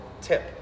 tip